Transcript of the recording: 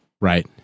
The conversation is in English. Right